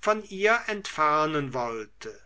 von ihr entfernen wollte